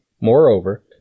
Moreover